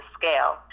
scale